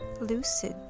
lucid